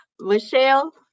Michelle